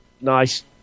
nice